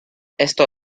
esto